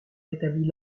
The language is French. rétablit